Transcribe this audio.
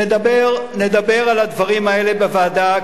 נדבר על הדברים האלה בוועדה,